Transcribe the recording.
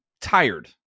tired